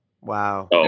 wow